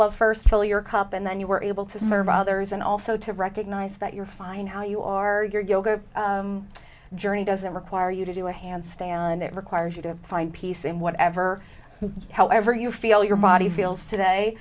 love first fill your cup and then you were able to serve others and also to recognize that you're fine how you are your yoga journey doesn't require you to do a handstand it requires you to find peace in whatever however you feel your body feels today